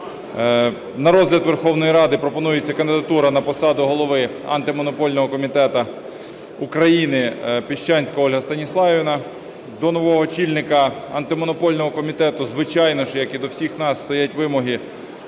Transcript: На розгляд Верховної Ради пропонується кандидатура на посаду Голови Антимонопольного комітету України – Піщанська Ольга Станіславівна. До нового очільника Антимонопольного комітету, звичайно, що, як і до всіх нас, стоять вимоги